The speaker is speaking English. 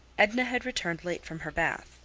edna had returned late from her bath,